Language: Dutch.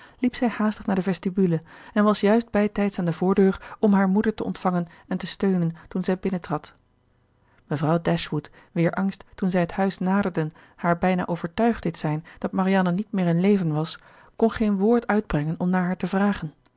liep zij haastig naar de vestibule en was juist bij tijds aan de voordeur om haar moeder te ontvangen en te steunen toen zij binnentrad mevrouw dashwood wier angst toen zij het huis naderden haar bijna overtuigd deed zijn dat marianne niet meer in leven was kon geen woord uitbrengen om naar haar te vragen